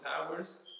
Towers